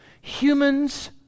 humans